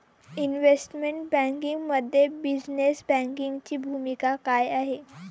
Investment बँकिंगमध्ये business बँकिंगची भूमिका काय आहे?